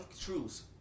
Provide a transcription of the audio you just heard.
truths